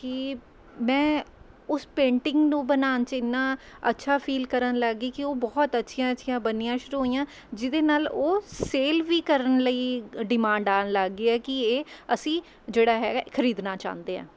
ਕਿ ਮੈਂ ਉਸ ਪੇਂਟਿੰਗ ਨੂੰ ਬਣਾਉਣ 'ਚ ਇੰਨਾ ਅੱਛਾ ਫ਼ੀਲ ਕਰਨ ਲੱਗ ਗਈ ਕਿ ਉਹ ਬਹੁਤ ਅੱਛੀਆਂ ਅੱਛੀਆਂ ਬਣਨੀਆਂ ਸ਼ੁਰੂ ਹੋਈਆਂ ਜਿਹਦੇ ਨਾਲ ਉਹ ਸੇਲ ਵੀ ਕਰਨ ਲਈ ਡਿਮਾਂਡ ਆਉਣ ਲੱਗ ਗਈ ਹੈ ਕਿ ਇਹ ਅਸੀਂ ਜਿਹੜਾ ਹੈਗਾ ਖਰੀਦਣਾ ਚਾਹੁੰਦੇ ਹਾਂ